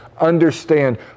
Understand